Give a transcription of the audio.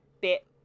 bit